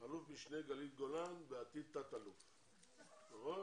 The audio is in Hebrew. אלוף משנה גלית גולן, ובעתיד תת-אלוף, נכון?